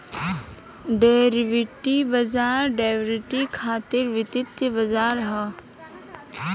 derivative बाजार derivative खातिर वित्तीय बाजार ह